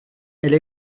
elle